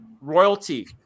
royalty